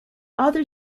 other